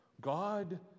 God